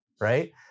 right